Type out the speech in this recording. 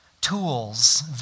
tools